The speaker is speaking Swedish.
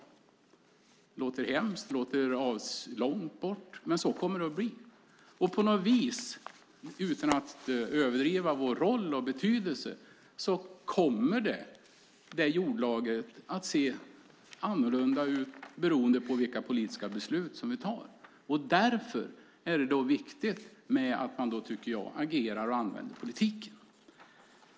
Det låter hemskt och väldigt långt bort, men så kommer det att bli. På något vis, utan att överdriva vår roll och betydelse, kommer det jordlagret att se annorlunda ut beroende på vilka politiska beslut som vi fattar. Därför är det viktigt att man agerar och använder politiken.